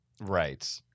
Right